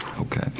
Okay